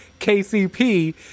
KCP